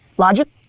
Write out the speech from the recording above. logic?